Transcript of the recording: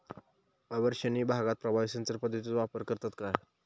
अवर्षणिय भागात प्रभावी सिंचन पद्धतीचो वापर करतत काय?